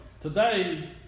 today